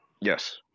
Yes